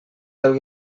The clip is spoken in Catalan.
del